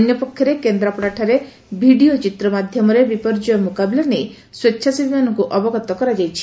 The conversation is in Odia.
ଅନ୍ୟପକ୍ଷରେ କେନ୍ଦ୍ରାପଡ଼ାଠାରେ ଭିଡ଼ିଓ ଚିତ୍ର ମାଧ୍ଘମରେ ବିପର୍ଯ୍ୟୟ ମୁକାବିଲା ନେଇ ସ୍ୱେଚ୍ଚାସେବୀମାନଙ୍କୁ ଅବଗତ କରାଯାଇଛି